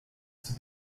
sie